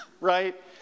right